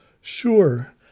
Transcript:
Sure